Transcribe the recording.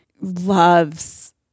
loves